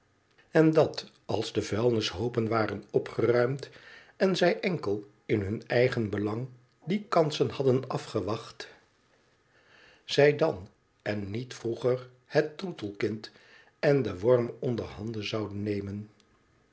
en dat als de vuilnishoopen waren opgeruimd en zij enkel in hun eigen belang die kansen hadden afgewacht zij dan en niet vroeger het troetelkind en den worm onder handen zouden nemea